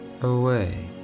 away